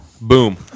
Boom